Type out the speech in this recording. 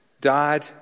died